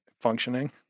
functioning